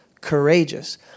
courageous